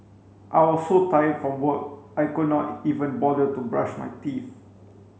I was so tired from work I could not even bother to brush my teeth